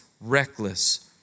reckless